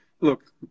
look